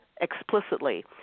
explicitly